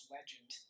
Legend